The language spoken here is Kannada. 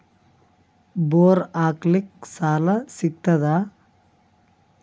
ಬೋರ್ ಹಾಕಲಿಕ್ಕ ಸಾಲ ಸಿಗತದ?